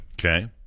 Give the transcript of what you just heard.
Okay